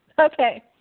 Okay